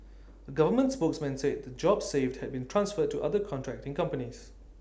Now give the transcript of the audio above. A government spokesman said the jobs saved had been transferred to other contracting companies